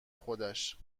خودش